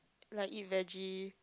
like eat veggie